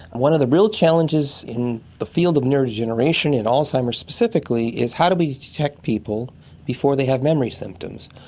one of the real challenges in the field of neural degeneration in alzheimer's specifically is how do we detect people before they have memory symptoms,